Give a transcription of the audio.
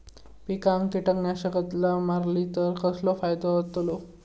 पिकांक कीटकनाशका मारली तर कसो फायदो होतलो?